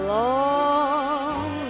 long